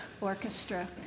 Orchestra